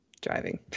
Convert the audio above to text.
driving